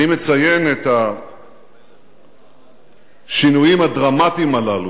אני מציין את השינויים הדרמטיים הללו,